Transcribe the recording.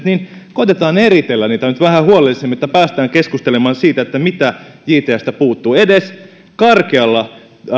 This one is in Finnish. niin koetetaan eritellä niitä nyt vähän huolellisemmin että päästään keskustelemaan siitä mitä jtsstä puuttuu edes karkealla